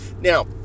Now